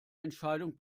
entscheidung